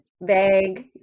vague